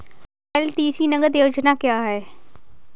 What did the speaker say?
LTC नगद योजना क्या है?